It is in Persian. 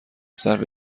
صرفه